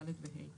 (ד) ו-(ה).